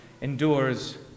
endures